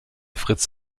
fritz